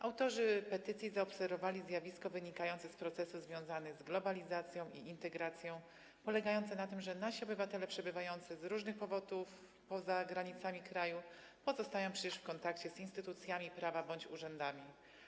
Autorzy petycji zaobserwowali zjawisko wynikające z procesów związanych z globalizacją i integracją, polegające na tym, że nasi obywatele przebywający z różnych powodów poza granicami kraju pozostają w kontakcie z instytucjami prawa bądź urzędami.